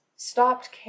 Stopped